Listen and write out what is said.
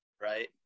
Right